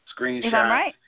Screenshot